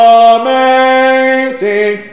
amazing